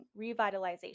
revitalization